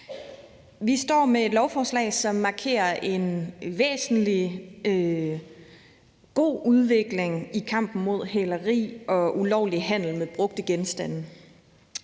Vi står med et lovforslag, som markerer en væsentlig og god udvikling i kampen mod hæleri og ulovlig handel med brugte genstande.